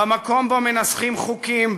במקום שבו מנסחים חוקים,